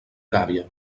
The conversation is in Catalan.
gàbia